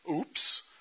Oops